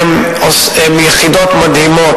הן יחידות מדהימות,